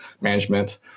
management